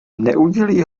neudělí